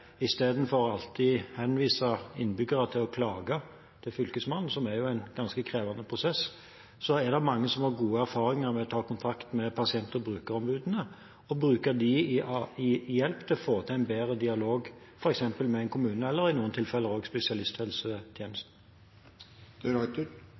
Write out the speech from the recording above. istedenfor alltid å henvise innbyggere til å klage til Fylkesmannen, som er en ganske krevende prosess, er det mange som har gode erfaringer med å ta kontakt med pasient- og brukerombudene, og bruker dem for å få hjelp til å få til en bedre dialog f.eks. med en kommune eller i noen tilfeller